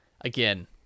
Again